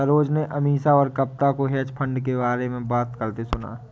सरोज ने अमीषा और कविता को हेज फंड के बारे में बात करते सुना